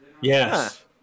Yes